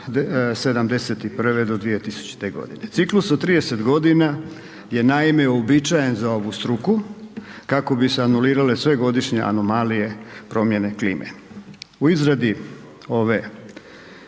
'71. do 2000. godine. Ciklus u 30 godina je naime uobičajen za ovu struku kako bi se anulirale sve godišnje anomalije promjene klime. U izradi ove